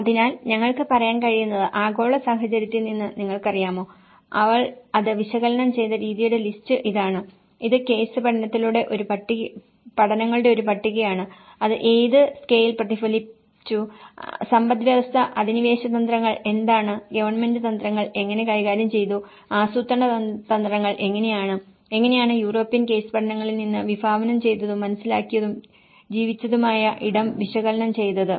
അതിനാൽ ഞങ്ങൾക്ക് പറയാൻ കഴിയുന്നത് ആഗോള സാഹചര്യത്തിൽ നിന്ന് നിങ്ങൾക്കറിയാമോ അവൾ അത് വിശകലനം ചെയ്ത രീതിയുടെ ലിസ്റ്റ് ഇതാണ് ഇത് കേസ് പഠനങ്ങളുടെ ഒരു പട്ടികയാണ് അത് ഏത് സ്കെയിൽ പ്രതിഫലിച്ചു സമ്പദ്വ്യവസ്ഥ അധിനിവേശ തന്ത്രങ്ങൾ എന്താണ് ഗവൺമെന്റ് തന്ത്രങ്ങൾ എങ്ങനെ കൈകാര്യം ചെയ്തു ആസൂത്രണ തന്ത്രങ്ങൾ എങ്ങനെയാണ് എങ്ങനെയാണ് യൂറോപ്യൻ കേസ് പഠനങ്ങളിൽ നിന്ന് വിഭാവനം ചെയ്തതും മനസ്സിലാക്കിയതും ജീവിച്ചതുമായ ഇടം വിശകലനം ചെയ്തത്